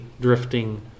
drifting